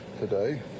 today